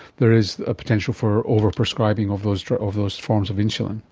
there is a potential for overprescribing of those sort of those forms of insulin.